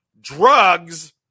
drugs